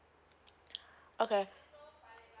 okay